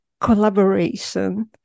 collaboration